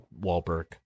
Wahlberg